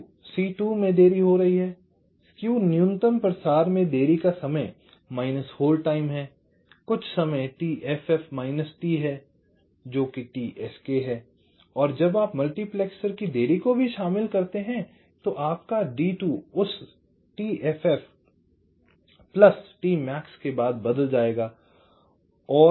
skew C2 में देरी हो रही है स्केव न्यूनतम प्रसार में देरी का समय माइनस होल्ड टाइम है कुल समय t ff माइनस t है जोकि t sk है और जब आप मल्टीप्लेक्सर की देरी को भी शामिल करते हैं तो आपका D2 उस t ff t max के बाद बदल जाएगा